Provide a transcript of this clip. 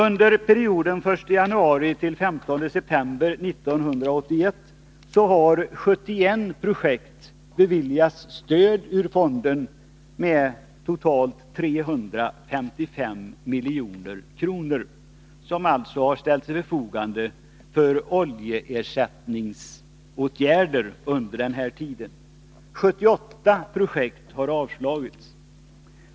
Under perioden den 1januari—den 15 september 1981 har 71 projekt beviljats stöd ur fonden med totalt 355 milj.kr., som alltså har ställts till förfogande för oljeersättningsåtgärder under denna tid. Framställningar om stöd till 78 projekt har avslagits.